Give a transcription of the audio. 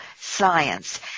science